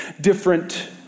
different